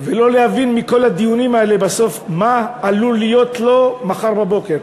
ולא להבין בסוף מכל הדיון האלה מה עלול להיות לו מחר בבוקר,